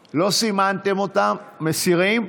מסירים?